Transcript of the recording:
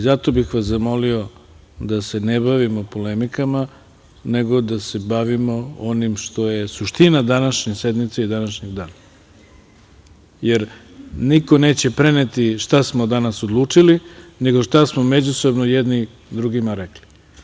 Zato bih vas zamolio da se ne bavimo polemikama, nego da se bavimo onim što je suština današnje sednice i današnjeg dana, jer niko neće preneti šta smo danas odlučili, nego šta smo međusobno jedni drugima rekli.